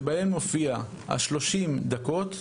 שבהן מופיע ה-30 דקות,